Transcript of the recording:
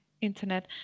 internet